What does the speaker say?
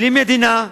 בלי מדינה,